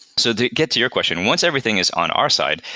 so to get to your question, once everything is on our side,